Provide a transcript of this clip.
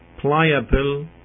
pliable